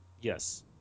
Yes